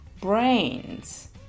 brains